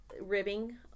ribbing